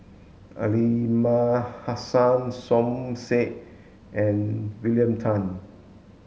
Aliman Hassan Som Said and William Tan